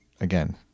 again